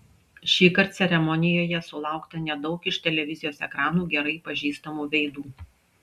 šįkart ceremonijoje sulaukta nedaug iš televizijos ekranų gerai pažįstamų veidų